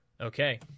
Okay